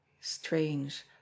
Strange